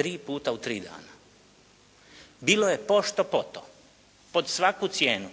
Tri puta u tri dana. Bilo je pošto-poto, pod svaku cijenu,